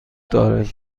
دارد